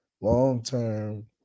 long-term